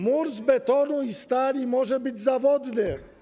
Mur z betonu i stali może być zawodny.